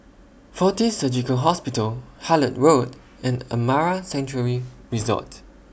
Fortis Surgical Hospital Hullet Road and Amara Sanctuary Resort